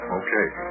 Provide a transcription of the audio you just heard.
okay